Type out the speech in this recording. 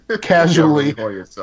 Casually